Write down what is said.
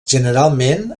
generalment